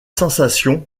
sensation